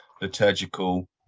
liturgical